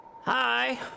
Hi